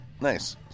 Nice